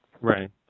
right